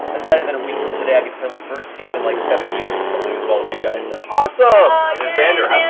excited that a week from today i get to play my first game in like seven years. hope to do as well as you guys. that's zandor!